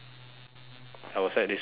I will set this place on fire